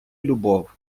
любов